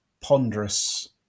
ponderous